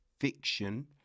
Fiction